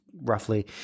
roughly